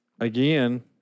again